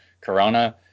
Corona